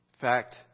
fact